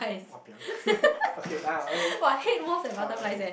!wapiang! okay ah okay ah okay